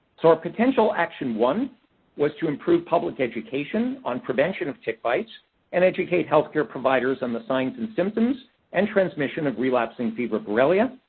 so, our potential action one was to improve public education on prevention of tick bites and educate health care providers on the signs and symptoms and transmission of relapsing fever borrelia.